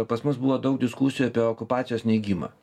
pas mus buvo daug diskusijų apie okupacijos neigimą